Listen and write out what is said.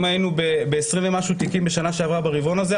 אם היינו ב-20 ומשהו תיקים בשנה שעברה ברבעון הזה,